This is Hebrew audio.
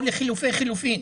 או לחילופי חילופין,